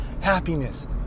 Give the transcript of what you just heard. happiness